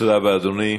תודה רבה, אדוני.